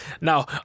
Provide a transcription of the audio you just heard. Now